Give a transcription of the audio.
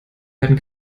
werden